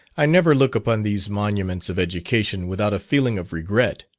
i never look upon these monuments of education, without a feeling of regret,